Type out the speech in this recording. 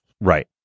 Right